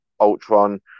Ultron